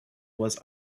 was